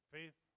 Faith